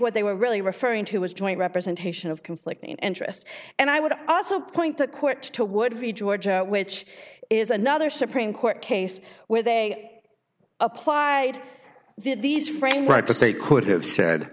what they were really referring to was joint representation of conflicting interests and i would also point that court to would be georgia which is another supreme court case where they applied these frame right but they could have said